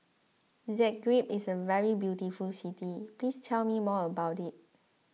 Zagreb is a very beautiful city please tell me more about it